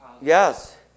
Yes